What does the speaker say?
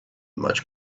much